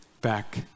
back